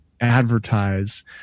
advertise